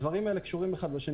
הדברים האלה קשורים אחד בשני.